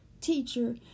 teacher